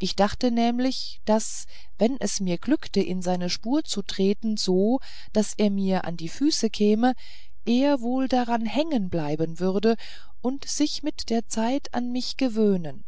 ich dachte nämlich daß wenn es mir glückte in seine spur zu treten so daß er mir an die füße käme er wohl daran hängen bleiben würde und sich mit der zeit an mich gewöhnen